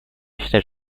считать